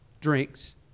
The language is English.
drinks